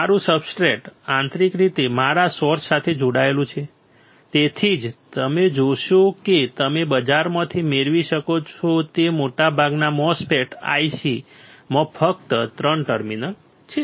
મારું સબસ્ટ્રેટ આંતરિક રીતે મારા સોર્સ સાથે જોડાયેલું છે તેથી જ તમે જોશો કે તમે બજારમાંથી મેળવી શકો છો તે મોટાભાગના MOSFET Ics માં ફક્ત ત્રણ ટર્મિનલ છે